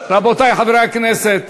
חברי הכנסת,